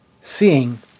seeing